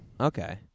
Okay